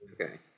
Okay